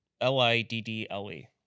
L-I-D-D-L-E